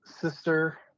sister